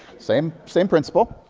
same same principle.